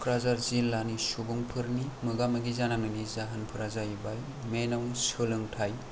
क'कराझार जिल्लानि सुबुंफोरनि मोगा मोगि जानांनायनि जाहोन फोरा जाहैबाय मेइनाव सोलोंथाइ